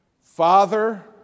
Father